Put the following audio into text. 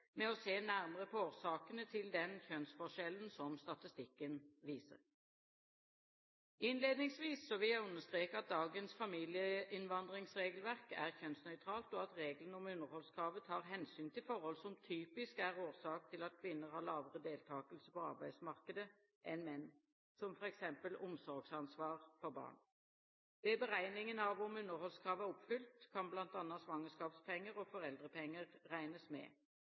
med å se nærmere på årsakene til den kjønnsforskjellen som statistikken viser. Innledningsvis vil jeg understreke at dagens familieinnvandringsregelverk er kjønnsnøytralt, og at reglene om underholdskravet tar hensyn til forhold som typisk er årsak til at kvinner har lavere deltakelse på arbeidsmarkedet enn menn, som f.eks. omsorgsansvar for barn. Ved beregningen av om underholdskravet er oppfylt, kan bl.a. svangerskapspenger og foreldrepenger regnes med.